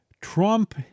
Trump